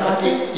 לא שמעתי.